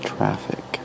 Traffic